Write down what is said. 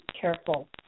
careful